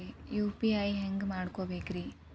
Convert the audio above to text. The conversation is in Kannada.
ಯು.ಪಿ.ಐ ಹ್ಯಾಂಗ ಮಾಡ್ಕೊಬೇಕ್ರಿ?